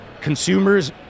consumers